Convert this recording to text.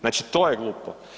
Znači to je glupo.